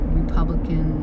republican